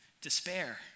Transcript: despair